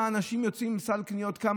אנשים יוצאים עם סל קניות והוא לא יודע